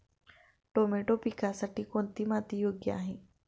Tomato पिकासाठी कोणती माती योग्य आहे?